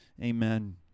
amen